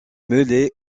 mêlée